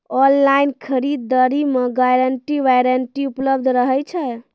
Online खरीद दरी मे गारंटी वारंटी उपलब्ध रहे छै?